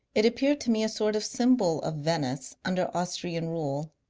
it appeared to me a sort of symbol of venice under austrian rule.